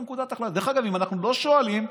דרך אגב, אם אנחנו לא שואלים,